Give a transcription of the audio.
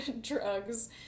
drugs